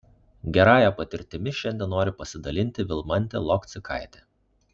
gerąja patirtimi šiandien nori pasidalinti vilmantė lokcikaitė